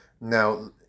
Now